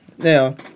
Now